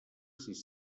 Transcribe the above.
sis